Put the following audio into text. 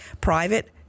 private